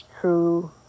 true